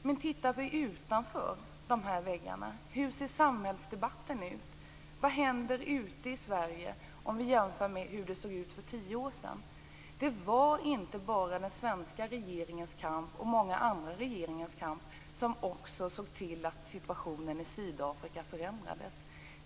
Men tittar vi utanför dessa väggar, hur ser då samhällsdebatten ut? Vad händer i Sverige om vi jämför med hur det var för tio år sedan? Det var inte bara den svenska regeringens och många andra regeringars kamp som ledde till att situationen i Sydafrika förändrades.